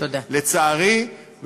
לצערי,